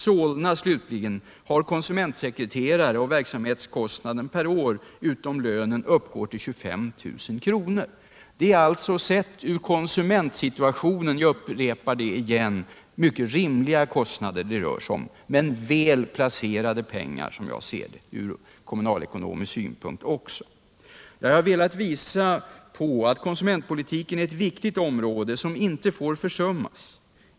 Solna, slutligen, har konsumentsekreterare, och verksamhetskostnaden per år utom lönen uppgår till 25 000 kr. Från konsumentpolitisk synpunkt — jag upprepar det igen — rör det sig alltså om mycket rimliga kostnader, och det är som jag ser det välplacerade pengar också från kommunalekonomisk synpunkt. Jag har velat peka på att konsumentpolitiken är ett viktigt område som inte får försummas.